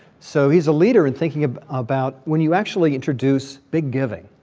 so he's a leader and thinking about, when you actually introduce big giving,